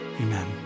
Amen